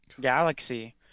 galaxy